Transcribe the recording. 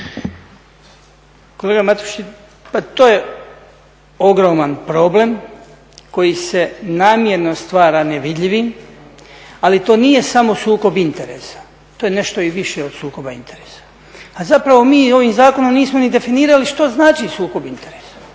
Kolega Matušić, pa to je ogroman problem koji se namjerno stvara nevidljivim, ali to nije samo sukob interesa. To je nešto i više od sukoba interesa, a zapravo mi ovim zakonom nismo ni definirali što znači sukob interesa